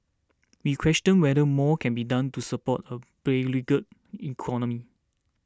we question whether more can be done to support a beleaguered economy